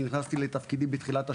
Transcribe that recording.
אני נכנסתי לתפקידי בתחילת השנה.